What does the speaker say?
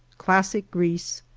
classic greece,